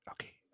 Okay